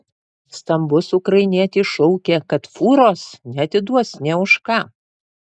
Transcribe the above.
stambus ukrainietis šaukė kad fūros neatiduos nė už ką